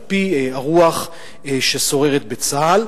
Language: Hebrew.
על-פי הרוח ששוררת בצה"ל,